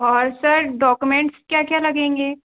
और sir documents क्या क्या लगेंगे